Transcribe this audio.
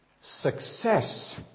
Success